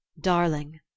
Darling